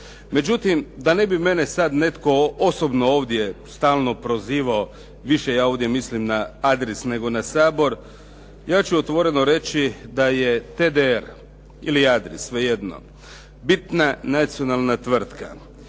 Međutim, da ne bi mene sad netko osobno ovdje stalno prozivao, više ja ovdje mislim na Adris nego na Sabor, ja ću otvoreno reći da je TDR ili Adris, svejedno, bitna nacionalna tvrtka.